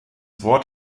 wort